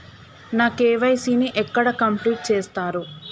నా కే.వై.సీ ని ఎక్కడ కంప్లీట్ చేస్తరు?